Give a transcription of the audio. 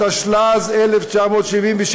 התשל"ז 1977,